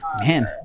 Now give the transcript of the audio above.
man